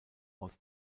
aus